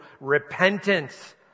repentance